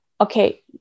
okay